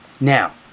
now